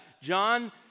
John